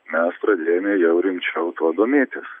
mes pradėjome jau rimčiau tuo domėtis